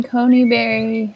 Coneyberry